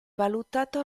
valutato